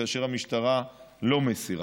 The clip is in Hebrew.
כאשר המשטרה לא מסירה.